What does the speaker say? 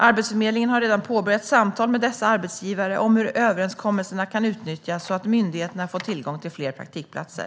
Arbetsförmedlingen har redan påbörjat samtal med dessa arbetsgivare om hur överenskommelserna kan utnyttjas så att myndigheten får tillgång till fler praktikplatser.